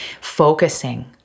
focusing